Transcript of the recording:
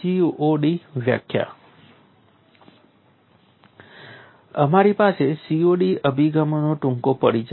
COD વ્યાખ્યા અમારી પાસે COD અભિગમનો ટૂંકો પરિચય પણ હશે